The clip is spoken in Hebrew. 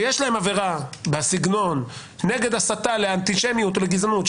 ויש להם עבירה בסגנון נגד הסתה לאנטישמיות ולגזענות,